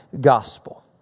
Gospel